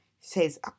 says